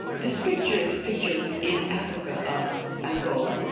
this picture is a picture in africa of angola,